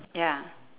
ya